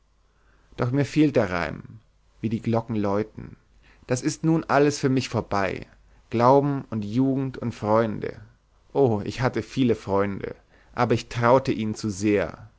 doch mir fehlt der reim wie die glocken läuten das ist nun alles für mich vorbei glauben und jugend und freunde o ich hatte viele freunde aber ich traute ihnen zu sehr